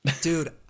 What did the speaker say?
Dude